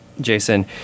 Jason